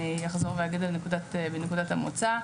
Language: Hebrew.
אני אחזור ואגיד מנקודת המוצא,